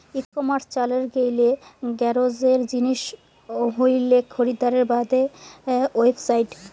ই commerce চালের গেইলে গরোজের জিনিস হইলেক খরিদ্দারের বাদে ওয়েবসাইট